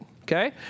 Okay